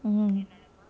mm